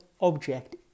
object